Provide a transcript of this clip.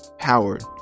Howard